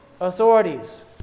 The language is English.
authorities